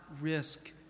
risk